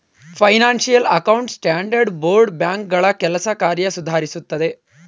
financial account standard board ಬ್ಯಾಂಕ್ಗಳ ಕೆಲಸ ಕಾರ್ಯ ಸುಧಾರಿಸುತ್ತದೆ